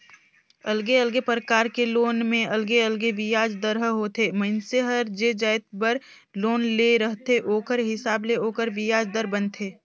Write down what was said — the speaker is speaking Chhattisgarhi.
अलगे अलगे परकार के लोन में अलगे अलगे बियाज दर ह होथे, मइनसे हर जे जाएत बर लोन ले रहथे ओखर हिसाब ले ओखर बियाज दर बनथे